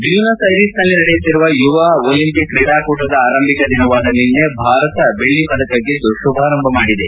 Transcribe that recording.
ಬ್ಲೂನಸ್ ಐರೀಸ್ನಲ್ಲಿ ನಡೆಯುತ್ತಿರುವ ಯುವ ಒಲಿಂಪಿಕ್ ಕ್ರೀಡಾಕೂಟದ ಆರಂಭಿಕ ದಿನವಾದ ನಿನ್ನೆ ಭಾರತ ಬೆಲ್ಲ ಪದಕ ಗೆದ್ದು ಶುಭಾರಂಭ ಮಾಡಿದೆ